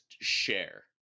share